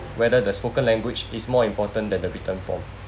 whether the spoken language is more important than the written form